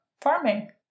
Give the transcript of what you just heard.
farming